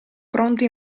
pronto